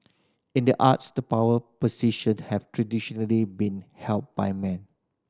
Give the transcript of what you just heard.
in the arts the power position have traditionally been held by men